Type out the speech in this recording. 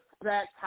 expect